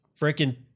Freaking